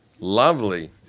Lovely